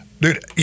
dude